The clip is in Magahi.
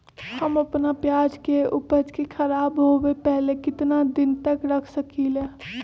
हम अपना प्याज के ऊपज के खराब होबे पहले कितना दिन तक रख सकीं ले?